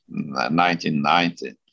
1990